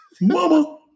Mama